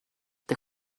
der